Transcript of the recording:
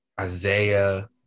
Isaiah